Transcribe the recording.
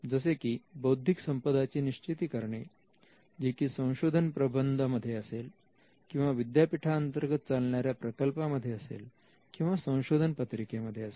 जसे की बौद्धिक संपदा ची निश्चिती करणे जी की संशोधन प्रबंध यामध्ये असेल किंवा विद्यापीठांतर्गत चालणाऱ्या प्रकल्पांमध्ये असेल किंवा संशोधन पत्रिका मध्ये असेल